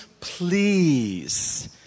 please